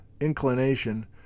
inclination